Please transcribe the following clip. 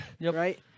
right